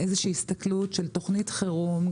איזושהי הסתכלות של תוכנית חירום,